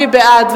מי בעד?